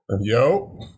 yo